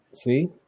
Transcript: See